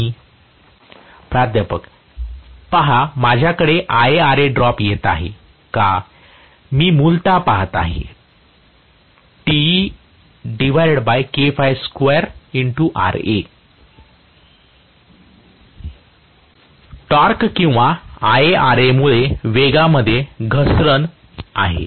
professor पहा माझ्याकडे IaRa drop येत आहे का मी मूलत पहात आहे टॉर्क किंवा IaRa मुळे वेगा मध्ये ही घसरण आहे